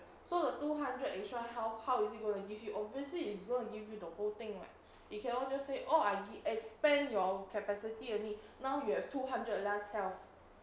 so the two hundred extra health how is it gonna give you obviously it's going to give you the whole thing [what] you cannot just say oh I give it expand your capacity only now you have two hundred less health